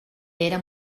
era